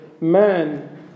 man